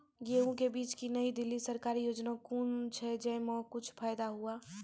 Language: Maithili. गेहूँ के बीज की नई दिल्ली सरकारी योजना कोन छ जय मां कुछ फायदा हुआ?